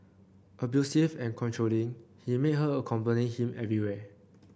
abusive and controlling he made her accompany him everywhere